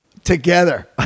Together